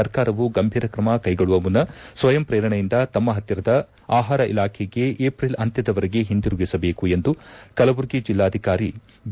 ಸರ್ಕಾರವು ಗಂಭೀರ ಕ್ರಮ ಕೈಗೊಳ್ಳುವ ಮುನ್ನ ಸ್ವಯಂ ಪ್ರೇರಣೆಯಿಂದ ತಮ್ಮ ಪತ್ತಿರದ ಆಹಾರ ಇಲಾಖೆಗೆ ಏಪ್ರಿಲ್ ಅಂತ್ಯದವರೆಗೆ ಹಿಂದಿರುಗಿಸಬೇಕೆಂದು ಕಲಬುರಗಿ ಜಿಲ್ಲಾಧಿಕಾರಿ ಬಿ